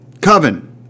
Coven